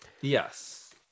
Yes